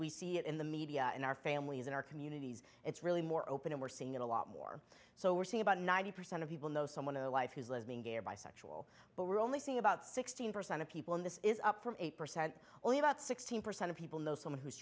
we see it in the media in our families in our communities it's really more open and we're seeing it a lot more so we're seeing about ninety percent of people know someone of life who's lesbian gay or bisexual but we're only seeing about sixteen percent of people in this is up from eight percent only about sixteen percent of people know someone who's